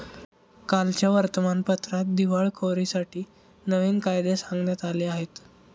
कालच्या वर्तमानपत्रात दिवाळखोरीसाठी नवीन कायदे सांगण्यात आले आहेत